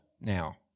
now